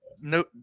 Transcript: no